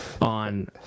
on